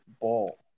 ball